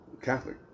Catholic